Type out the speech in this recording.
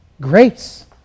grace